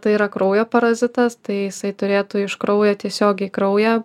tai yra kraujo parazitas tai jisai turėtų iš kraujo tiesiogiai kraują